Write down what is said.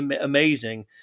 amazing